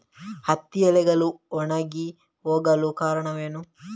ಹತ್ತಿ ಎಲೆಗಳು ಒಣಗಿ ಹೋಗಲು ಕಾರಣವೇನು?